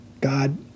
God